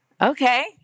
Okay